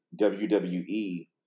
WWE